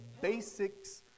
basics